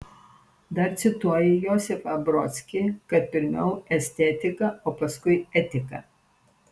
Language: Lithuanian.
dar cituoji josifą brodskį kad pirmiau estetika o paskui etika